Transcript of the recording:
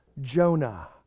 Jonah